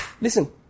Listen